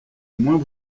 moins